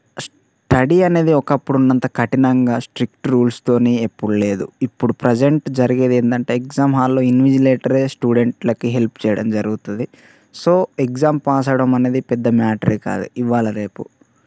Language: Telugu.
స్టడీ అనేది ఒకప్పుడు ఉన్నంత కఠినంగా స్ట్రిక్ట్ రూల్స్తో ఇప్పుడు లేదు ఇప్పుడు ప్రసెంట్ జరిగేది ఏంటంటే ఎగ్జామ్ హాల్లో ఇన్విజిలెటరే స్టూడెంట్స్కీ హెల్ప్ చేయడం జరుగుతుంది సో ఎగ్జామ్ పాస్ అవ్వడం అనేది పెద్ద మ్యాటరే కాదు ఇవాళ రేపు